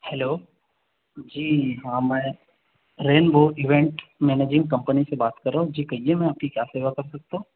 hello जी हाँ मैं रैंबो ईवेंट मैनेजिंग कम्पनी से बात कर रहा हूँ जी कहिए मैं आपकी क्या सेवा कर सकता हूँ